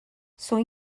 sont